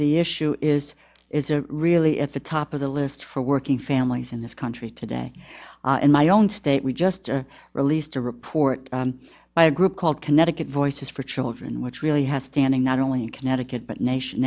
the issue is is really at the top of the list for working families in this country today in my own state we just released a report by a group called connecticut voices for children which really has standing not only in connecticut but nation